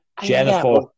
Jennifer